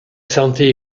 santé